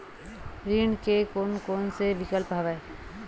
ऋण के कोन कोन से विकल्प हवय?